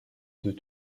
deux